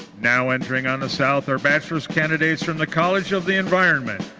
now entering on the south are bachelor candidates from the college of the environment.